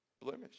Blemish